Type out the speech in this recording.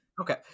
Okay